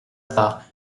part